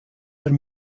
der